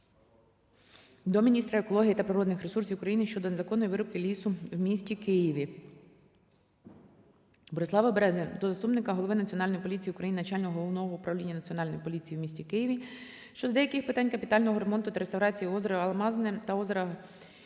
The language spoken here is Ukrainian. до міністра екології та природних ресурсів України щодо незаконної вирубки лісу в місті Києві. Борислава Берези до Заступника голови Національної поліції України - начальника Головного управління Національної поліції у місті Києві щодо деяких питань капітального ремонту та реставрації озера Алмазне та озера Гнилуша